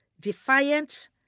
defiant